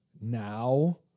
now